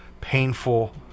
painful